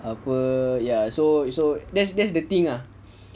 apa so so that's that's the thing ah